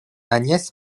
agnès